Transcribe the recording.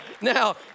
Now